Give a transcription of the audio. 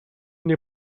nie